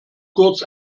kurz